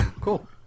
Cool